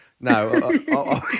no